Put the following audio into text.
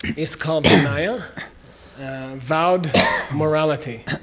is called vinaya vowed morality.